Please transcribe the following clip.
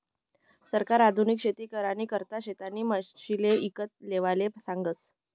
सरकार आधुनिक शेती करानी करता शेतीना मशिने ईकत लेवाले सांगस